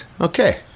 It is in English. Okay